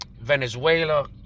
Venezuela